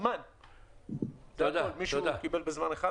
מדינה; הוא מבוטח לכיסוי חבותו בשל נזקים,